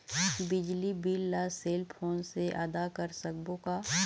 बिजली बिल ला cell phone से आदा कर सकबो का?